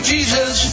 Jesus